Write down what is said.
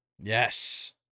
Yes